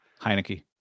Heineke